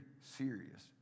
serious